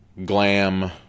glam